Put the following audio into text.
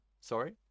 Sorry